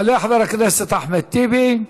יעלה חבר הכנסת אחמד טיבי,